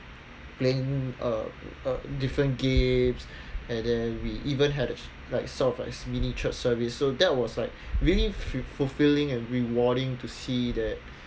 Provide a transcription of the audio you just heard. playing uh uh different games and then we even had a like sort of like mini church service so that was like really fulfilling and rewarding to see that